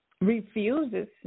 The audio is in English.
refuses